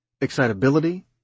excitability